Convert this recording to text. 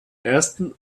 ersten